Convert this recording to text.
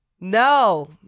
no